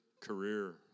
career